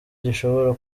gishobora